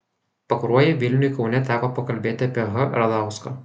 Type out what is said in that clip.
pakruojy vilniuj kaune teko pakalbėti apie h radauską